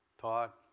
taught